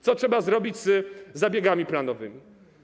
Co trzeba zrobić z zabiegami planowymi?